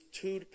two